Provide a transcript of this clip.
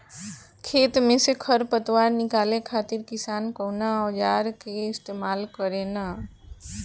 खेत में से खर पतवार निकाले खातिर किसान कउना औजार क इस्तेमाल करे न?